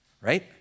right